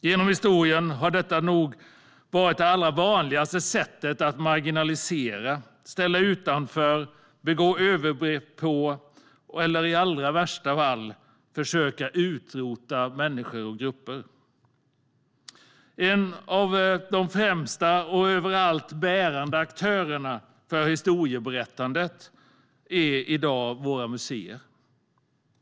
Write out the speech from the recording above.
Genom historien har det nog varit det allra vanligaste sättet att marginalisera, ställa utanför, begå övergrepp på eller, i allra värsta fall, försöka utrota människor och grupper. En av de främsta och över allt bärande aktörerna för historieberättande är våra museer.